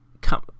come